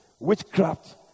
witchcraft